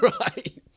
Right